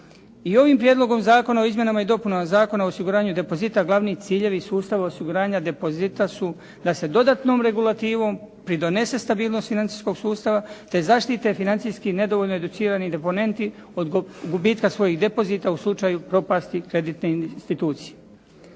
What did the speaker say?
I ovim Prijedlogom zakona o izmjenama i dopunama Zakona o osiguranju depozita glavni ciljevi sustava osiguranja depozita su da se dodatnom regulativom pridonese stabilnost financijskog sustava, te zaštite financijski nedovoljno educirani deponenti od gubitka svojih depozita u slučaju propasti kreditne institucije.